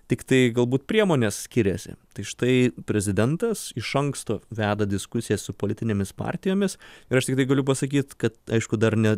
tiktai galbūt priemonės skiriasi tai štai prezidentas iš anksto veda diskusijas su politinėmis partijomis ir aš tikrai galiu pasakyt kad aišku dar ne